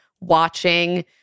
watching